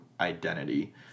identity